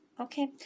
Okay